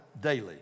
daily